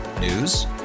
News